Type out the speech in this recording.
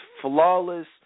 flawless